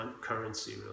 currency